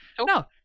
No